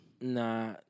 Nah